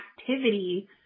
activity